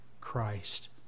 Christ